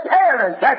parents